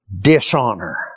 dishonor